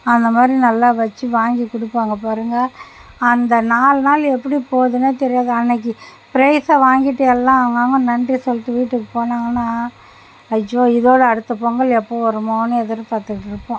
அந்த மாதிரி நல்லா வச்சு வாங்கி கொடுப்பாங்க பாருங்க அந்த நாலு நாள் எப்படி போகுதுன்னே தெரியாது அன்றைக்கி ஃப்ரைஸை வாங்கிட்டு எல்லாம் அவங்க அவங்க நன்றி சொல்லிட்டு வீட்டுக்கு போனாங்கன்னா ஐயோ இதோடய அடுத்த பொங்கல் எப்போ வருமோன்னு எதிர் பார்த்துக்கிட்டு இருப்போம்